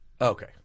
Okay